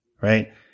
Right